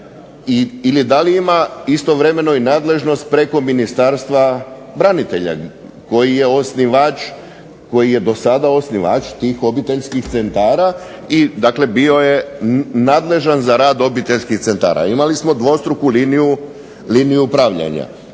ili da li ima istovremeno i nadležnost preko Ministarstva branitelja, koji je osnivač, koji je do sada osnivač tih obiteljskih centara, i dakle bio je nadležan za rad obiteljskih centara. Imali smo dvostruku liniju upravljanja.